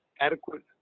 adequate